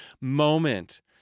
moment